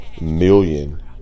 million